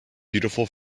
beautiful